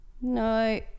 no